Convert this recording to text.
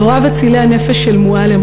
הוריו אצילי הנפש של מועלם,